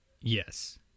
Yes